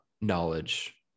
knowledge